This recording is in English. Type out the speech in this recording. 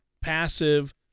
passive